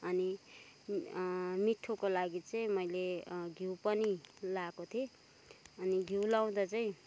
अनि अँ मिठोको लागि चाहिँ मैले घिउ पनि लाएको थिएँ अनि घिउ लाउँदा चाहिँ